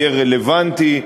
יהיה רלוונטי,